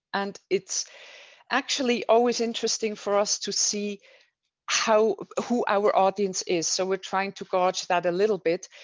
and it's actually always interesting for us to see how who our audience is. so we're trying to gauge that a little bit.